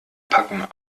packung